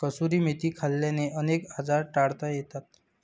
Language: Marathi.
कसुरी मेथी खाल्ल्याने अनेक आजार टाळता येतात